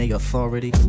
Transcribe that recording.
authority